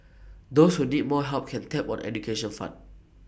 those who need more help can tap on education fund